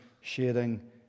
sharing